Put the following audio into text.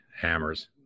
hammers